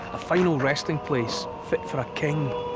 a final resting place fit for a king.